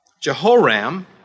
Jehoram